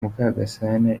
mukagasana